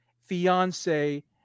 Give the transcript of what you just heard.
fiance